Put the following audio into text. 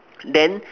then